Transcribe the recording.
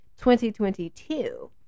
2022